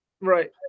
Right